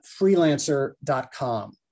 freelancer.com